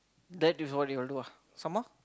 that is all you will do ah some more